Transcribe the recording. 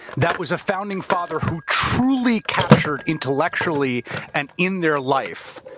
that was a founding father who truly captured intellectually and in their life,